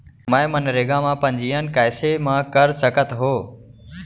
मैं मनरेगा म पंजीयन कैसे म कर सकत हो?